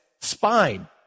spine